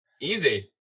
Easy